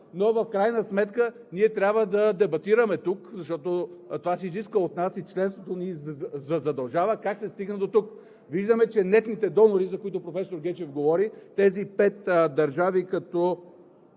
но в крайна сметка ние трябва да дебатираме тук, защото това се изисква от нас и членството ни задължава. Как се стигна дотук? Виждаме, че нетните донори, за които професор Гечев говори – тези пет държави, като